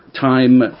time